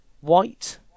white